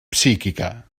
psíquica